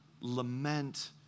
lament